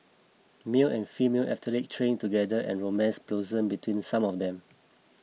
male and female athlete trained together and romance blossomed between some of them